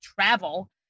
travel